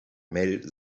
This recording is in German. mel